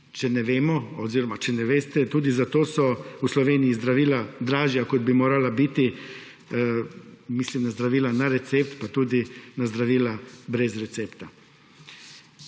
nabave zdravil. Če ne veste, tudi zato so v Sloveniji zdravila dražja, kot bi morala biti, mislim na zdravila na recept, pa tudi na zdravila brez recepta.